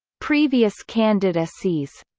previous candidacies